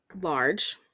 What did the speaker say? large